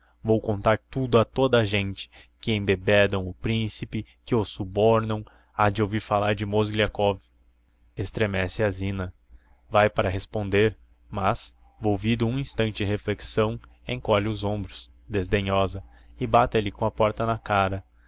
vou contar tudo a toda a gente que embebedam o principe que o subornam ha de ouvir falar de mozgliakov estremece a zina vae para reponder mas volvido um instante de reflexão encolhe os hombros desdenhosa e bate-lhe com a porta na cara